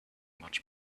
much